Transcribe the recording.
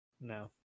no